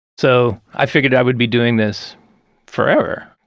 so i figured i would be doing this forever.